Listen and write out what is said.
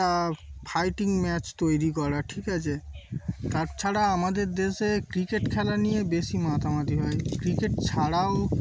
একটা fighting match তৈরি করা ঠিক আছে তাছাড়া আমাদের দেশে ক্রিকেট খেলা নিয়ে বেশি মাতামাতি হয় ক্রিকেট ছাড়াও